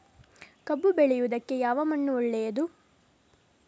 ಕಬ್ಬು ಬೆಳೆಯುವುದಕ್ಕೆ ಯಾವ ಮಣ್ಣು ಒಳ್ಳೆಯದು?